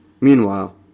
Meanwhile